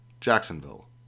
Jacksonville